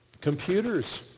Computers